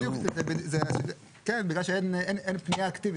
בדיוק, בגלל שאין פנייה אקטיבית.